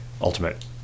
ultimate